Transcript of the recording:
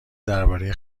درباره